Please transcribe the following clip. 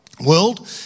world